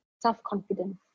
self-confidence